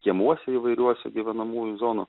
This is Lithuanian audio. kiemuose įvairiuose gyvenamųjų zonų